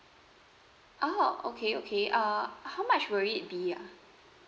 oh okay okay uh how much will it be ah